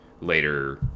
later